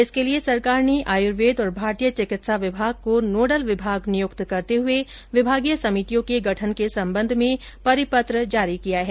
इसके लिये सरकार ने आयुर्वेद और भारतीय चिकित्सा विभाग को नोडल विभाग नियुक्त करते हुए विभागीय समितियों के गठन के संबंध में परिपत्र जारी किया है